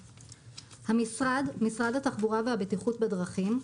"המשרד" משרד התחבורה והבטיחות בדרכים.